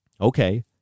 okay